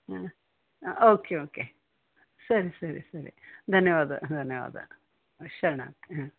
ಹಾಂ ಆಂ okay okay ಸರಿ ಸರಿ ಸರಿ ಧನ್ಯವಾದ ಧನ್ಯವಾದ ಶರಣಾರ್ತಿ ಹಾಂ